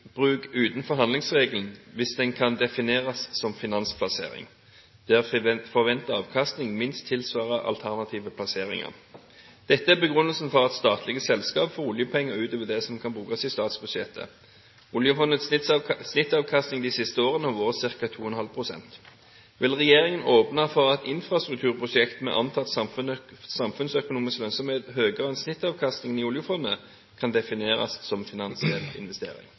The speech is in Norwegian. for at statlige selskaper får oljepenger utover det som kan brukes i statsbudsjettet. Oljefondets snittavkastning de siste årene har vært ca. 2,5 pst. Vil regjeringen åpne for at infrastrukturprosjekter med antatt samfunnsøkonomisk lønnsomhet høyere enn snittavkastning i oljefondet defineres som finansiell investering?»